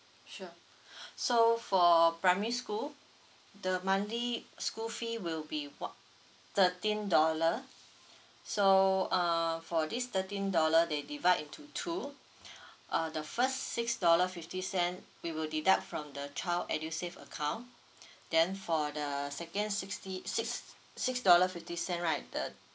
sure so for primary school the monthly school fee will be one~ thirteen dollar so uh for this thirteen dollar they divide into two uh the first six dollar fifty cent we will deduct from the child edusave account then for the second sixty six six dollar fifty cents right the